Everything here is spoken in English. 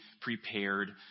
prepared